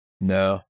no